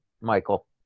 Michael